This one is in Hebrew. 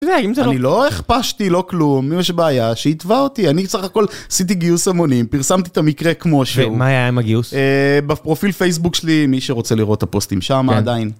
אתה יודע, אם זה לא. אני לא הכפשתי, לא כלום, ואם יש בעיה, שיתבע אותי, אני בסך הכל עשיתי גיוס המוני, פרסמתי את המקרה כמו שהוא. ומה היה עם הגיוס? בפרופיל פייסבוק שלי, מי שרוצה לראות את הפוסטים שמה עדיין.